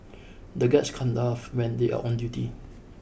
the guards can't laugh when they are on duty